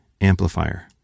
amplifier